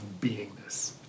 beingness